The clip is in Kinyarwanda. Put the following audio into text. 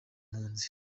impunzi